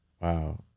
Wow